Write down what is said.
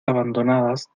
abandonadas